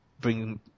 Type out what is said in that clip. bring